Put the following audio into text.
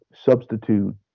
substitute